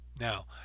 now